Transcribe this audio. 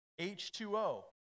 H2O